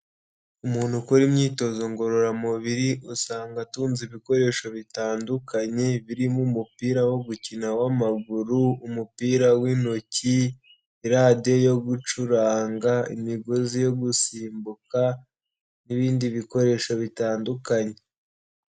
Umuntu ukora imyitozo ngororamubiri usanga atunze ibikoresho bitandukanye birimo umupira wo gukina w'amaguru, umupira w'intoki, iradiyo yo gucuranga, imigozi yo gusimbuka, n'ibindi bikoresho bitandukanye.